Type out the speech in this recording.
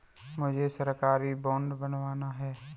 मुझे सरकारी बॉन्ड बनवाना है